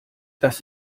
das